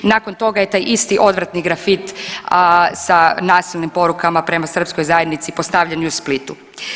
Nakon toga je taj isti odvratni grafit sa nasilnim porukama prema srpskoj zajednici postavljen i u Splitu.